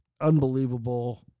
unbelievable